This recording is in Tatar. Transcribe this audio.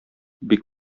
бик